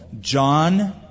John